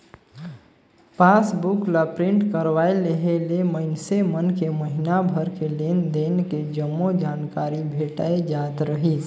passbook ला print करवाये लेहे ले मइनसे मन के महिना भर के लेन देन के जम्मो जानकारी भेटाय जात रहीस